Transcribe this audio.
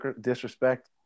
disrespect